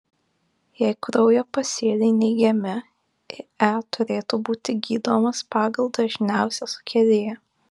jei kraujo pasėliai neigiami ie turėtų būti gydomas pagal dažniausią sukėlėją